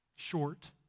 short